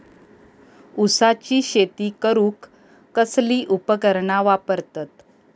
ऊसाची शेती करूक कसली उपकरणा वापरतत?